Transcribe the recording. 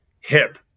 hip